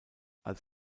als